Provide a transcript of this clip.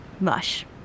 mush